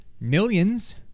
millions